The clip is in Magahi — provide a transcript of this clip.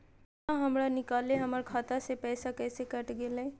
बिना हमरा निकालले, हमर खाता से पैसा कैसे कट गेलई?